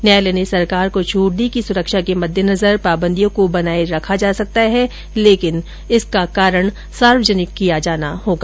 न्यायालय ने सरकार को छूट दी कि सुरक्षा के मददेनजर पाबंदियों को बनाये रखा जा सकता है लेकिन इसका कारण सार्वजनिक किया जाना होगा